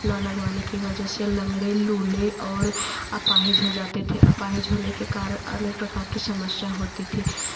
ना लगवाने की वजह से लँगड़े लूले और अपाहिज हो जाते थे अपाहिज होने के कारण अनेक प्रकार की समस्या होती थी